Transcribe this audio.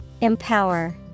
Empower